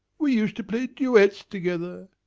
we used to play duets together.